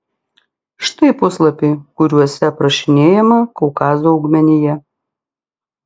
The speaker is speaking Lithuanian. štai puslapiai kuriuose aprašinėjama kaukazo augmenija